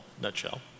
nutshell